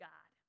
God